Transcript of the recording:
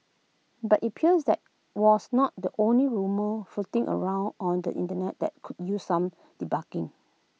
but IT appears that was not the only rumour floating around on the Internet that could use some debunking